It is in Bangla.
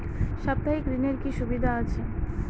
সাপ্তাহিক ঋণের কি সুবিধা আছে?